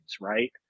right